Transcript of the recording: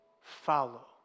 follow